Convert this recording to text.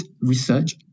research